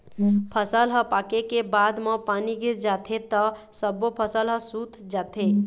फसल ह पाके के बाद म पानी गिर जाथे त सब्बो फसल ह सूत जाथे